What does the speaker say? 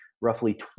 roughly